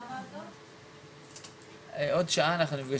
הישיבה ננעלה בשעה 11:31.